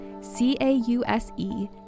C-A-U-S-E